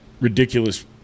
ridiculous